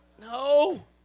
No